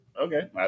Okay